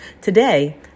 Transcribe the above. Today